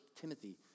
Timothy